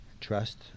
trust